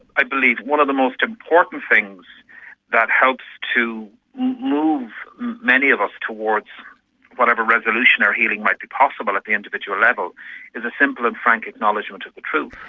i believe one of the most important things that helps to move many of us towards whatever resolution or healing might be possible at the individual level is a simple and frank acknowledgement of the truth.